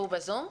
הוא בזום?